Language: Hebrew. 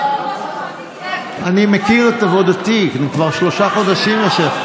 כבוד גדול, כבוד גדול.